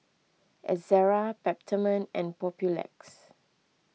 Ezerra Peptamen and Papulex